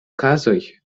kazoj